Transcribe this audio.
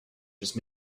just